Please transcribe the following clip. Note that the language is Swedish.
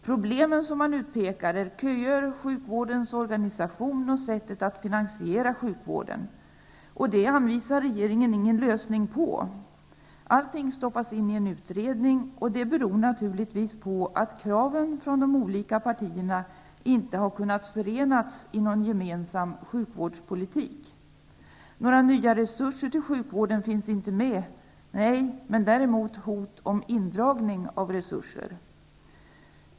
Problemen som utpekas är köer, sjukvårdens organisation och sättet att finansiera sjukvården, men dessa problen anvisar inte regeringen någon lösning på. Allting stoppas in i en utredning. Det beror naturligtvis på att kraven från de olika partierna inte har kunnat förenas i en gemensam sjukvårdspolitik. Några nya resurser till sjukvården finns inte med. Nej, men det finns däremot hot om indragning av resurser!